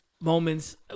moments